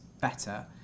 better